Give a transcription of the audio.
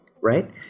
right